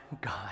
God